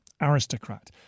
aristocrat